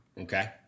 Okay